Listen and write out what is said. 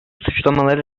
suçlamaları